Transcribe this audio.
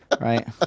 Right